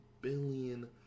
billion